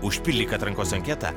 užpildyk atrankos anketą